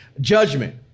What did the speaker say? judgment